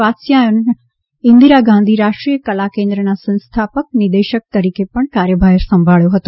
વાત્સ્યાયને ઇંદિરા ગાંધી રાષ્ટ્રીય કલા કેન્દ્રના સંસ્થાપક નિદેશક તરીકે પણ કાર્યભાર સંભાળ્યો હતો